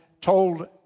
told